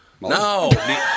No